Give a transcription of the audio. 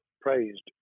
praised